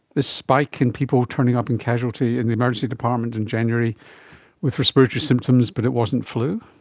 this spike in people turning up in casualty, in the emergency department in january with respiratory symptoms but it wasn't flu?